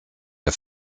der